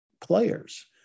players